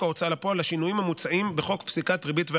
ההוצאה לפועל לשינויים המוצעים בחוק פסיקת ריבית והצמדה.